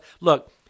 Look